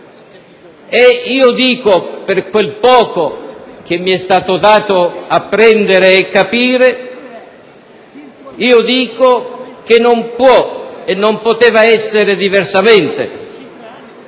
E io dico, per quel poco che mi è stato dato di apprendere e capire, che non può e non poteva essere diversamente,